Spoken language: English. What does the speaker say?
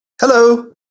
Hello